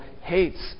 hates